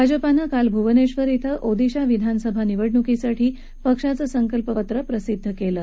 भाजपानं काल भुवन इथं ओदिशा विधानसभा निवडणुकीसाठी पक्षाचं संकल्पपत्र प्रसिद्ध कलि